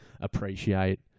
appreciate